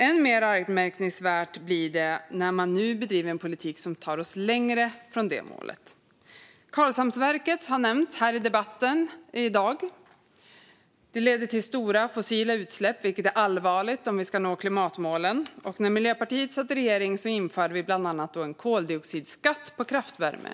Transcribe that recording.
Än mer anmärkningsvärt blir det när man nu bedriver en politik som tar oss längre från det målet. Starten av Karlshamnsverket har nämnts här i debatten i dag. Det ledde till stora fossila utsläpp, vilket är allvarligt om vi ska nå klimatmålen. När Miljöpartiet satt i regering införde vi bland annat en koldioxidskatt på kraftvärme.